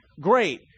Great